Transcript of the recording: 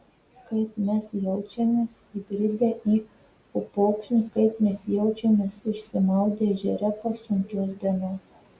kaip mes jaučiamės įbridę į upokšnį kaip mes jaučiamės išsimaudę ežere po sunkios dienos